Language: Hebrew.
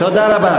תודה רבה.